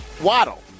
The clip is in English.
Waddle